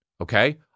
Okay